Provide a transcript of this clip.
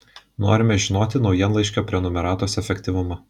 norime žinoti naujienlaiškio prenumeratos efektyvumą